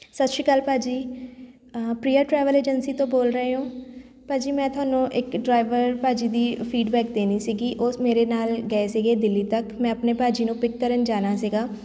ਸਤਿ ਸ਼੍ਰੀ ਅਕਾਲ ਭਾਅ ਜੀ ਪ੍ਰੀਆ ਟਰੈਵਲ ਏਜੰਸੀ ਤੋਂ ਬੋਲ ਰਹੇ ਹੋ ਭਾਅ ਜੀ ਮੈਂ ਤੁਹਾਨੂੰ ਇੱਕ ਡਰਾਈਵਰ ਭਾਅ ਜੀ ਦੀ ਫੀਡਬੈਕ ਦੇਣੀ ਸੀਗੀ ਉਸ ਮੇਰੇ ਨਾਲ ਗਏ ਸੀਗੇ ਦਿੱਲੀ ਤੱਕ ਮੈਂ ਆਪਣੇ ਭਾਅ ਜੀ ਨੂੰ ਪਿਕ ਕਰਨ ਜਾਣਾ ਸੀਗਾ